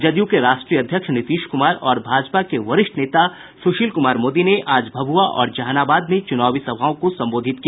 जदयू के राष्ट्रीय अध्यक्ष नीतीश कुमार और भाजपा के वरिष्ठ नेता सुशील कुमार मोदी ने आज भभुआ और जहानाबाद में चुनावी सभाओं को संबोधित किया